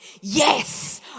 yes